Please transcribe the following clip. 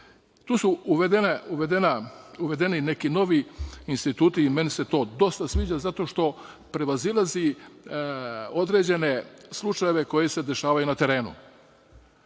Tu su uvedeni neki novi instituti i meni se to dosta sviđa, zato što prevazilazi određene slučajeve koji se dešavaju na terenu,